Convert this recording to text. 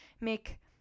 make